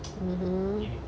oh